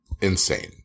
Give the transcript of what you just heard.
insane